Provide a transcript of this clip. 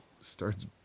starts